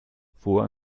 vor